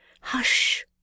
Hush